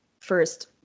first